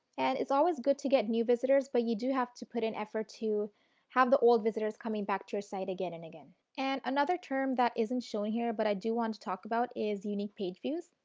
and is always good to get new visitors but you do have to put an effort to have the old visitors coming back to your site again and again. and another term that isn't showing over here, but i do want to talk about is unique page views.